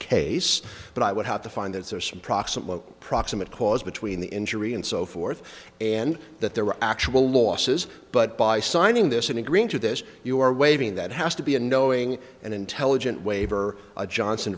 case but i would have to find that there are some proximate proximate cause between the injury and so forth and that there were actual losses but by signing this and agreeing to this you are waiving that has to be a knowing and intelligent waiver of johnson